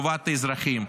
טובת האזרחים.